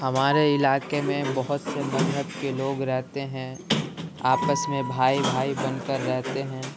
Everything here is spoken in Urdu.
ہمارے علاکے میں بہت سے مذہب کے لوگ رہتے ہیں آپس میں بھائی بھائی بن کر رہتے ہیں